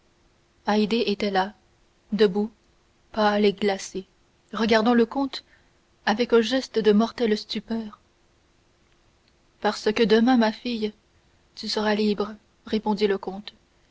était là debout pâle et glacée regardant le comte avec un geste de mortelle stupeur parce que demain ma fille tu seras libre répondit le comte